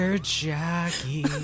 Jackie